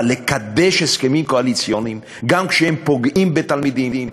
אבל לקדש הסכמים קואליציוניים גם כשהם פוגעים בתלמידים,